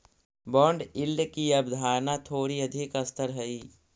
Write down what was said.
bond yield की अवधारणा थोड़ी अधिक स्तर हई